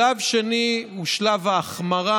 שלב שני הוא שלב ההחמרה,